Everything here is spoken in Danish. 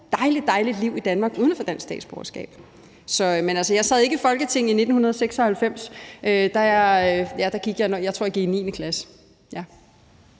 dejligt liv i Danmark uden at få dansk statsborgerskab. Jeg sad ikke i Folketinget i 1996. Jeg tror, jeg gik i 9. klasse der.